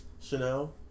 Chanel